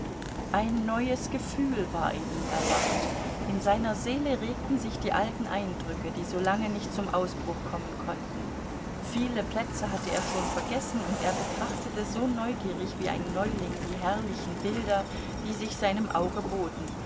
ein neues gefühl war in ihm erwacht in seiner seele regten sich die alten eindrücke die so lange nicht zum ausbruch kommen konnten viele plätze hatte er schon vergessen und er betrachtete so neugierig wie ein neuling die herrlichen bilder die sich seinem auge boten